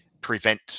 prevent